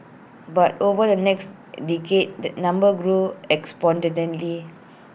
but over the next decade this number grew exponentially